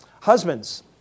Husbands